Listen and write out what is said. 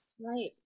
right